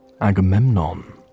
Agamemnon